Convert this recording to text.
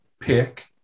pick